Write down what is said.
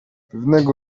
pewnego